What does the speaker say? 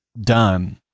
done